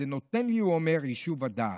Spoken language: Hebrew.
זה נותן לי, הוא אומר, יישוב הדעת.